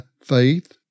faith